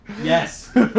Yes